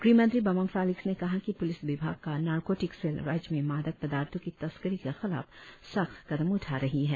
गृह मंत्री बामांग फेलिक्स ने कहा कि पुलिस विभाग का नारकोटिक सेल राज्य में मादक पदार्थों की तस्करी के खिलाफ सख्त कदम उठा रही है